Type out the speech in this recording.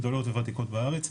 גדולות וותיקות בארץ,